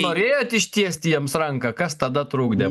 norėjot ištiesti jiems ranką kas tada trukdė